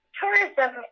tourism